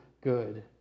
good